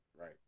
Right